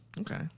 Okay